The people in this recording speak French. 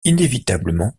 inévitablement